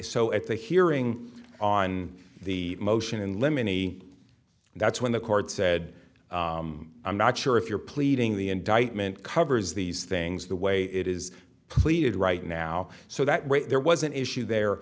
so at the hearing on the motion in limine e that's when the court said i'm not sure if your pleading the indictment covers these things the way it is pleaded right now so that there was an issue there